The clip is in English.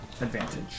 advantage